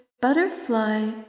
butterfly